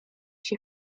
się